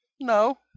No